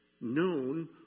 known